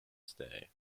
stay